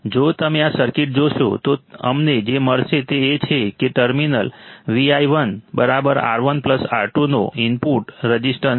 જો તમે આ સર્કિટ જોશો તો અમને જે મળશે તે એ છે કે ટર્મિનલ Vi1 R1 R2 નો ઇનપુટ રઝિસ્ટન્સ